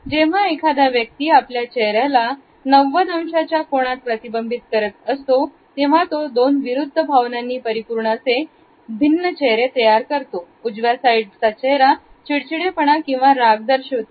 जेव्हा एखादा व्यक्ती आपल्या चेहऱ्याला 90 अंशाच्या कोनात प्रतिबिंबित करतो तेव्हा तो दोन विरुद्ध भावनांनी परिपूर्ण से भिन्न चेहरे तयार करतो उजव्या साईडला चेहरा चिडचिडेपणा किंवा राग दर्शवतो